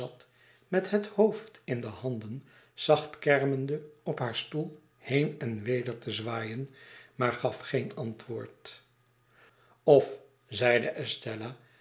met het hoofd in de handen zacht kermende op haar stoel heen en weder te zwaaien maar gaf geen antwoord of zeide estella